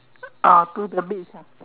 oh to the beach ah